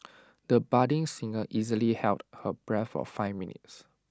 the budding singer easily held her breath for five minutes